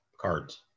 cards